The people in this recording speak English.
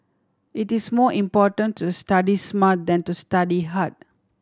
it is more important to study smart than to study hard